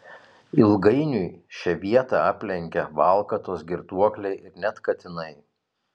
ilgainiui šią vietą aplenkia valkatos girtuokliai ir net katinai